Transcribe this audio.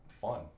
fun